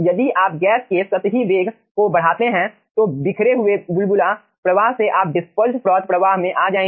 यदि आप गैस के सतही वेग को बढ़ाते हैं तो बिखरे हुए बुलबुला प्रवाह से आप डिस्पेर्सेड फ्रॉथ प्रवाह में आ जाएंगे